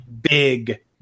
big